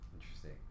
Interesting